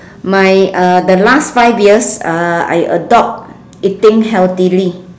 my uh the last five years uh I adopt eating healthily